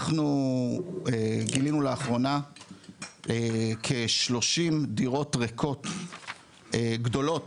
אנחנו גילינו לאחרונה כ-30 דירות ריקות גדולות,